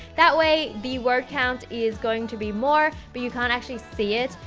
that way, the word count is going to be more, but you can't actually see it,